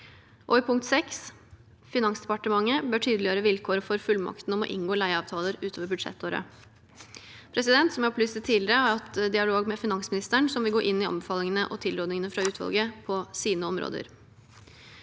i punkt 6: «FIN bør tydeliggjøre vilkår for fullmakten om å inngå leieavtaler utover budsjettåret». Som jeg opplyste tidligere, har jeg hatt dialog med finansministeren, som vil gå inn i anbefalingene og tilrådingene fra utvalget på sine områder.